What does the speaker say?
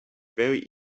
very